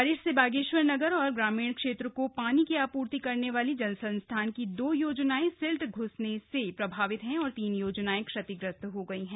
बारिश से बागेश्वर नगर और ग्रामीण क्षेत्र को पानी की आपूर्ति करने वाली जल संस्थान की दो योजनाएं सिल्ट घ्सने से प्रभावित हैं और तीन योजनाएं क्षतिग्रस्त हो गई हैं